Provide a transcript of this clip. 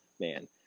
man